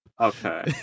Okay